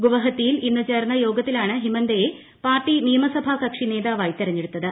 ഗുവാഹത്തിയിൽ ഇന്നു ചേർന്ന യോഗത്തിലാണ് ഹിമന്ദയെ പാർട്ടി നിയമസഭാ കക്ഷി നേതാവായി തെരഞ്ഞെടുത്തത്